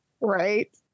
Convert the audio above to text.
Right